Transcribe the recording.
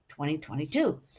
2022